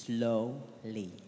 Slowly